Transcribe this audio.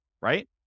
right